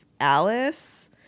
Alice